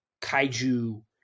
kaiju